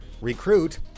recruit